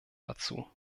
dazu